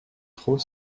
trop